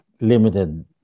limited